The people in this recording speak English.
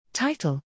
Title